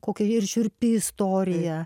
kokia ir šiurpi istorija